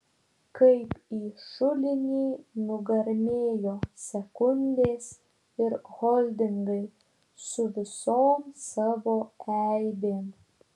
kaip į šulinį nugarmėjo sekundės ir holdingai su visom savo eibėm